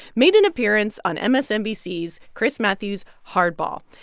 made an appearance on msnbc's, chris matthews' hardball.